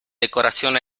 decoración